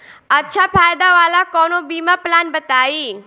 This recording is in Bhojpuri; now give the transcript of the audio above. अच्छा फायदा वाला कवनो बीमा पलान बताईं?